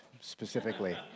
specifically